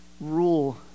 rule